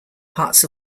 parts